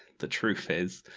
the truth is,